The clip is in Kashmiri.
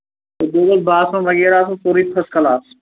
بیٚیہِ گژھِ باتھ روٗم وغیٚرہ آسُن فٔسٹ کَلاس